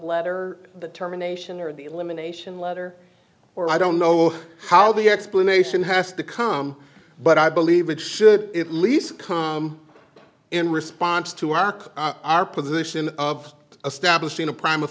letter terminations or the elimination letter or i don't know how the explanation has to come but i believe it should at least come in response to arc our position of establishing a prime